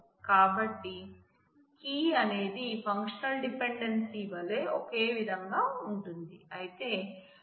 కాబట్టి కీ అనేది ఫంక్షనల్ డిపెండెన్సీవలే ఒకే విధంగా ఉంటుంది అయితే మరింత నిర్ధిష్టంగా ఉంటుంది